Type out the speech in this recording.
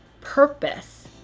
purpose